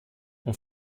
ont